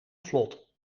vlot